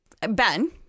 Ben